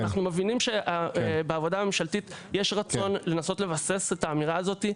אנחנו מבינים שבעבודה הממשלתית יש רצון לנסות לבסס את האמירה הזאת,